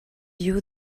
you